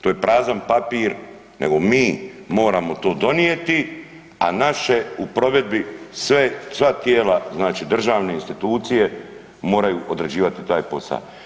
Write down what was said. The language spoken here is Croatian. To je prazan papir, nego mi moramo to donijeti a naše u provedbi, sva tijela, znači državne institucije, moraju određivati taj posao.